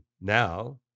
now